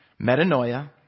Metanoia